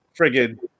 friggin